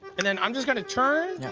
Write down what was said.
and then, i'm just gonna turn. yeah.